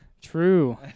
True